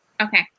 Okay